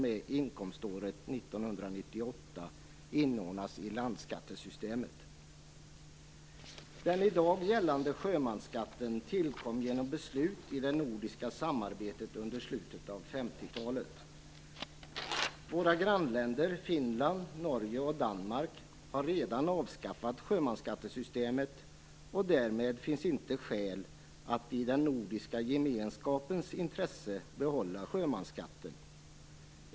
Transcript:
Våra grannländer Finland, Norge och Danmark har redan avskaffat sjömansskattesystemet, och därmed finns det inte skäl att i den nordiska gemenskapens intresse behålla sjömansskatten.